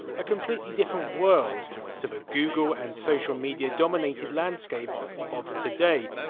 a completely different world to the google and social media dominated landscape of today.